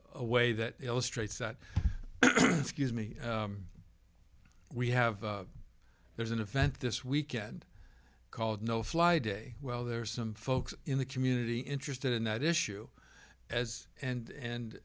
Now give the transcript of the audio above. a way that illustrates that excuse me we have there's an event this weekend called no fly day well there are some folks in the community interested in that issue as and